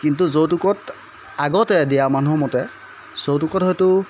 কিন্তু যৌতুকত আগতে দিয়া মানুহৰ মতে যৌতুকত হয়তো